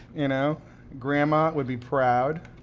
you know grandma would be proud.